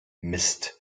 mist